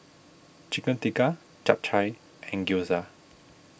Chicken Tikka Japchae and Gyoza